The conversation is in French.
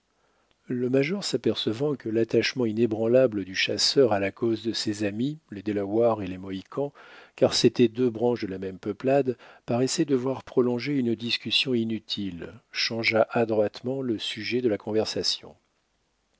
le major s'apercevant que l'attachement inébranlable du chasseur à la cause de ses amis les delawares et les mohicans car c'étaient deux branches de la même peuplade paraissait devoir prolonger une discussion inutile changea adroitement le sujet de la conversation